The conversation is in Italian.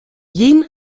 yin